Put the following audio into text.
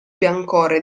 biancore